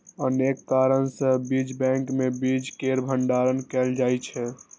अनेक कारण सं बीज बैंक मे बीज केर भंडारण कैल जाइ छै